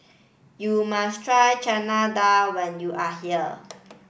you must try Chana Dal when you are here